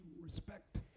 respect